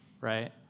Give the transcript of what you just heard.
right